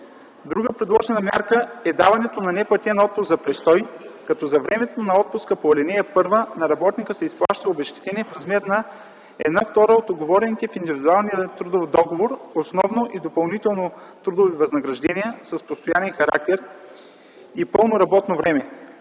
Друга предложена мярка е даването на неплатен отпуск за престой, като за времето на отпуска по ал. 1 на работника се изплаща обезщетение в размер на една втора от уговорените в индивидуалния трудов договор основно и допълнителни трудови възнаграждения с постоянен характер и пълно работно време.